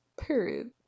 Period